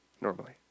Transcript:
normally